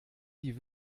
die